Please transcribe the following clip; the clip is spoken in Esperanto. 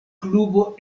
klubo